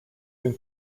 been